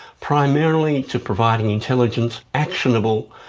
primarily to providing intelligence, actionable,